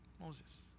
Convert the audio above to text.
Moses